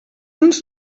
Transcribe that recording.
uns